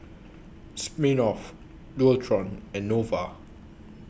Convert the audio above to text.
Smirnoff Dualtron and Nova